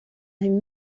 une